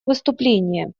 выступление